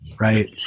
right